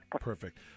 perfect